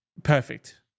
Perfect